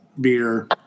beer